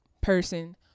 person